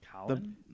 Colin